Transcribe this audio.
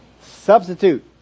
Substitute